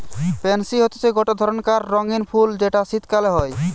pansy হতিছে গটে ধরণকার রঙ্গীন ফুল যেটা শীতকালে হই